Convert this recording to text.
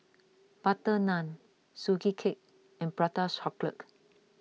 Butter Naan Sugee Cake and Prata Chocolate